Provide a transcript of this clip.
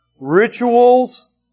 rituals